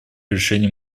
решению